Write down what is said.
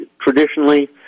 Traditionally